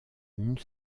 une